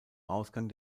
ausgang